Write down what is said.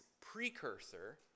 precursor